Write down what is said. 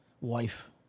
wife